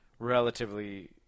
Relatively